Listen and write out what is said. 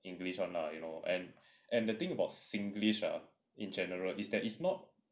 english [one] lah you know and and the thing about singlish ah in general is that it's not